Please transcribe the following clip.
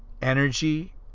energy